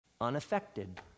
unaffected